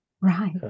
right